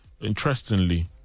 interestingly